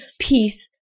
peace